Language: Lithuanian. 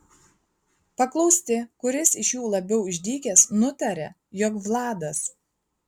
paklausti kuris iš jų labiau išdykęs nutaria jog vladas